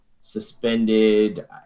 suspended